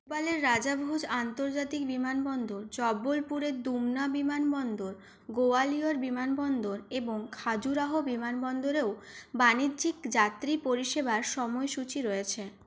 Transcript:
ভূপালের রাজা ভোজ আন্তর্জাতিক বিমানবন্দর জব্বলপুরের দুমনা বিমানবন্দর গোয়ালিয়র বিমানবন্দর এবং খাজুরাহো বিমানবন্দরেও বাণিজ্যিক যাত্রী পরিষেবার সময়সূচি রয়েছে